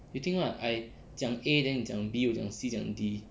you think [what] I 讲 A then 你讲 B 我讲 C 讲 D where we demonstrate